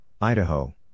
Idaho